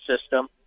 system